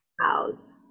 House